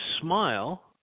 smile